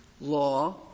law